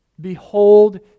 Behold